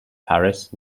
paris